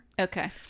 Okay